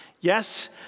Yes